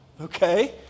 okay